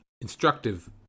instructive